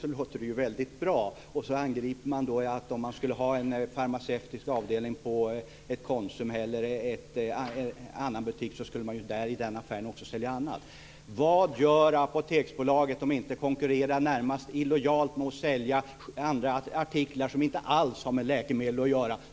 Sedan angriper man genom att säga att om man skulle ha en faramceutisk avdelning i en Konsumbutik eller i en annan butik så skulle ju dessa butiker även sälja annat. Vad gör Apoteksbolaget om inte konkurrerar närmast illojalt genom att sälja andra artiklar som inte alls har med läkemedel att göra.